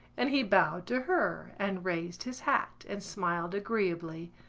and he bowed to her and raised his hat and smiled agreeably,